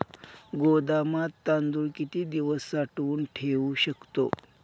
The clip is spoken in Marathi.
गोदामात तांदूळ किती दिवस साठवून ठेवू शकतो?